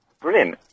Brilliant